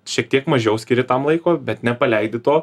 šiek tiek mažiau skiri tam laiko bet nepaleidi to